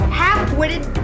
half-witted